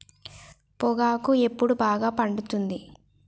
పొగాకు ఎప్పుడు బాగా పండుతుంది?